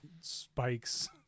spikes